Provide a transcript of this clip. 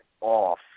off